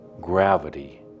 gravity